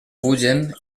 pugen